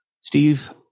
Steve